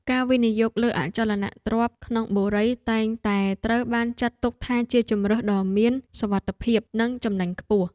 ការវិនិយោគលើអចលនទ្រព្យក្នុងបុរីតែងតែត្រូវបានចាត់ទុកថាជាជម្រើសដ៏មានសុវត្ថិភាពនិងចំណេញខ្ពស់។